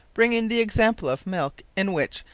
bringing the example of milke in which,